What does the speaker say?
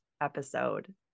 episode